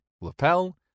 lapel